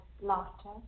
laughter